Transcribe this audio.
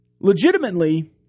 Legitimately